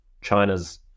China's